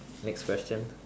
next question